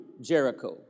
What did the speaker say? Jericho